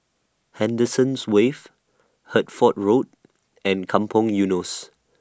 Henderson's Wave Hertford Road and Kampong Eunos